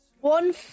One